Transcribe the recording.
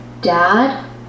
Dad